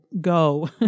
go